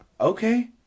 okay